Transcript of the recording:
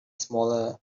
smaller